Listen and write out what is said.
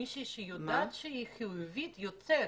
מישהי שיודעת שהיא חיובית יוצאת.